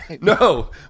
no